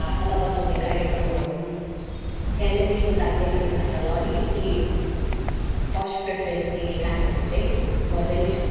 भाषालाई बचाउने कार्यक्रमहरू सानैदेखिको अब नेपाली भाषालाई अलिकति फर्स्ट प्रिफरेन्स दिने कामहरू चाहिँ गर्दै नै छौँ